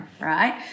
Right